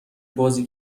بازی